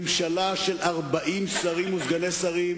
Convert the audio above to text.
ממשלה של 40 שרים וסגני שרים,